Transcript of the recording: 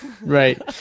Right